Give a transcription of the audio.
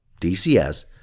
DCS